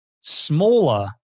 smaller